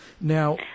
Now